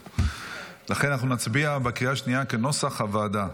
לכן אנחנו נצביע בקריאה השנייה, כנוסח הוועדה.